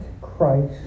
Christ